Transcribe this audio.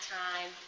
time